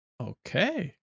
Okay